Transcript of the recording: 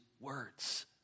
words